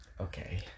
Okay